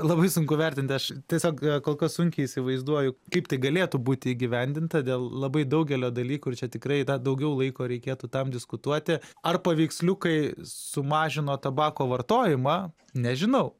labai sunku vertinti aš tiesiog kol kas sunkiai įsivaizduoju kaip tai galėtų būti įgyvendinta dėl labai daugelio dalykų ir čia tikrai da daugiau laiko reikėtų tam diskutuoti ar paveiksliukai sumažino tabako vartojimą nežinau